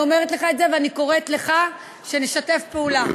אני אומרת לך את זה ואני קוראת לך שנשתף פעולה.